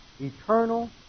eternal